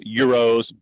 euros